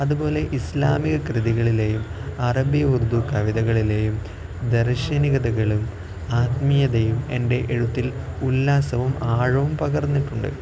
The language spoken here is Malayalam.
അതുപോലെ ഇസ്ലാമിക കൃതികളിലെയും അറബി ഉർദു കവിതകളിലെയും ദർശനികതകളും ആത്മീയതയും എൻ്റെ എഴുത്തിൽ ഉല്ലാസവും ആഴവും പകർന്നിട്ടുണ്ട്